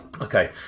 Okay